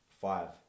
five